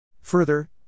Further